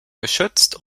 geschützt